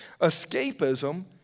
Escapism